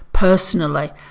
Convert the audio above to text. Personally